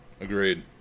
agreed